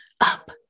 up